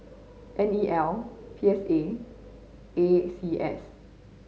N E L P S A and A C S